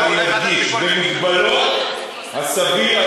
ואני אדגיש: במגבלות הסביר,